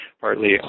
partly